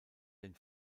den